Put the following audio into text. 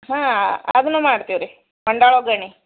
ಹಾಂ ಅದನ್ನು ಮಾಡ್ತೀವಿ ರೀ ಮಂಡಾಳು ಒಗ್ಗರ್ಣೆ